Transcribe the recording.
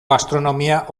gastronomia